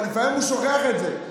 לפעמים הוא שוכח את זה.